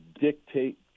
dictate